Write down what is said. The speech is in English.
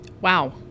Wow